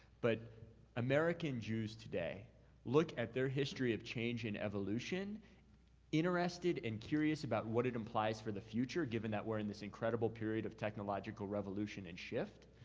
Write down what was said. but american jews today look that their history of change in evolution interested and curious about what it implies for the future, given that we're in this incredible period of technological revolution and shift.